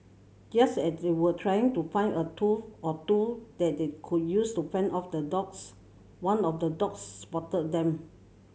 just as they were trying to find a tool or two that they could use to fend off the dogs one of the dogs spotted them